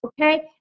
okay